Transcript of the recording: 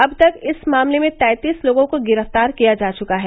अब तक इस मामले में तैंतीस लोगों को गिरफ्तार किया जा चुका है